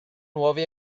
nuovi